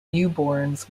newborns